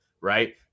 right